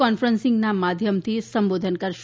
કોન્ફરન્સીંગના માધ્યમથી સંબોધન કરશે